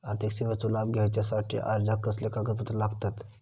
आर्थिक सेवेचो लाभ घेवच्यासाठी अर्जाक कसले कागदपत्र लागतत?